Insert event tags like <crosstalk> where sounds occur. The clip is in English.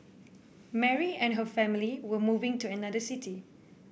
<noise> Mary and her family were moving to another city